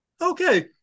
okay